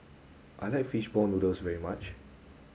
I like fish ball noodles very much